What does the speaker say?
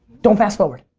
don't fast forward!